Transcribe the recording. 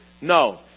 No